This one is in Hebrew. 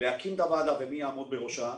להקים את הוועדה ומי יעמוד בראשה.